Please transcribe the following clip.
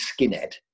skinhead